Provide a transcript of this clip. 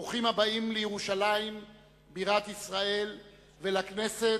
ברוכים הבאים לירושלים בירת ישראל ולכנסת,